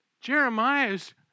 Jeremiah's